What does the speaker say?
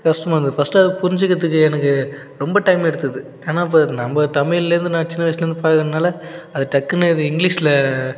கஷ்டமாக இருந்தது ஃபஸ்ட்டு அதை புரிஞ்சுக்கிறதுக்கு எனக்கு ரொம்ப டைம் எடுத்தது ஏன்னால் இப்போ நம்ப தமிழ்லேருந்து நான் சின்ன வயசுலேருந்து பழகினதுனால அது டக்குனு அது இங்கிலீஷில்